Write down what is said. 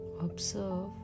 Observe